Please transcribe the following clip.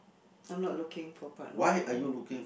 I'm not looking for partner though